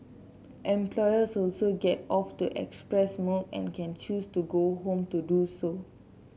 employees also get off to express milk and can choose to go home to do so